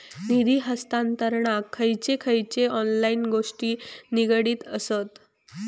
निधी हस्तांतरणाक खयचे खयचे ऑनलाइन गोष्टी निगडीत आसत?